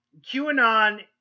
QAnon